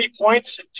points